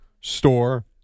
store